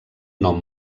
nom